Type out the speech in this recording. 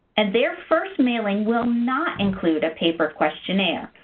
and their first mailing will not include a paper questionnaire.